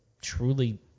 truly